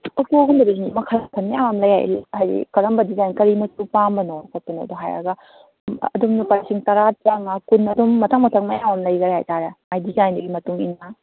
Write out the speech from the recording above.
ꯑꯣꯞꯄꯣꯒꯨꯝꯕꯗꯗꯤ ꯃꯈꯟ ꯃꯈꯟ ꯃꯌꯥꯝ ꯑꯃ ꯂꯩ ꯍꯥꯏꯗꯤ ꯍꯥꯏꯗꯤ ꯀꯔꯝꯕ ꯗꯤꯖꯥꯏꯟ ꯀꯔꯤ ꯃꯆꯨ ꯄꯥꯝꯕꯅꯣ ꯈꯣꯠꯄꯅꯣꯗꯣ ꯍꯥꯏꯔꯒ ꯑꯗꯨꯝ ꯂꯨꯄꯥ ꯂꯤꯁꯤꯡ ꯇꯔꯥ ꯇꯔꯥꯃꯉꯥ ꯀꯨꯟ ꯑꯗꯨꯝ ꯃꯊꯪ ꯃꯊꯪ ꯃꯌꯥꯝꯃ ꯂꯩꯈꯔꯦ ꯍꯥꯏꯇꯥꯔꯦ ꯃꯥꯒꯤ ꯗꯤꯖꯥꯏꯟꯒꯤ ꯃꯇꯨꯡ ꯏꯟꯅ